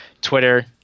twitter